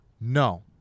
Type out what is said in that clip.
No